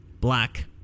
Black